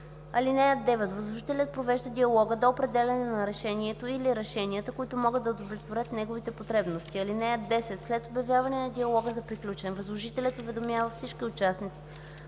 документ. (9) Възложителят провежда диалога до определяне на решението или решенията, които могат да удовлетворят неговите потребности. (10) След обявяване на диалога за приключен, възложителят уведомява всички участници,